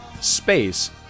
space